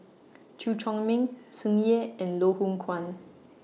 Chew Chor Meng Tsung Yeh and Loh Hoong Kwan